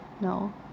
No